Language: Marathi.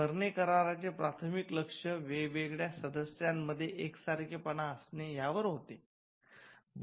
बर्ने कराराचे प्राथमिक लक्ष वेगवेगळ्या सदस्यांमध्ये एकसारखेपणा असणे यावर होते